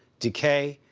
decay,